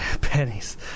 pennies